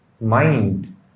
mind